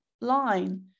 line